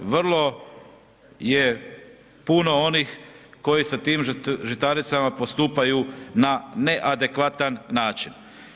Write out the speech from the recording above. Vrlo je puno onih koji sa tim žitaricama postupaju na neadekvatan način.